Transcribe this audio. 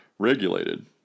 Regulated